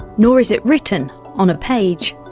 nor is it written on a page.